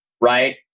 right